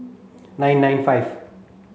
nine nine five